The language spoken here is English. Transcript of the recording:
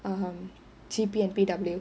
err G_P and P_W